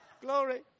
glory